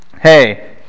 hey